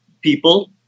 people